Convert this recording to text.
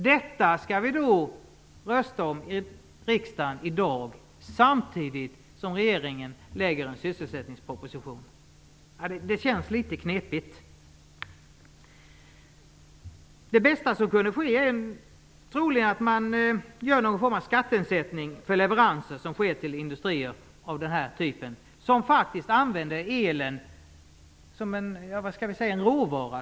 Detta skall vi rösta om i riksdagen i dag, samtidigt som regeringen lägger fram en sysselsättningsproposition. Det känns litet knepigt. Det bästa som kan ske är troligen någon form av skattenedsättning för leveranser som sker till industrier som använder elen snarare som en råvara.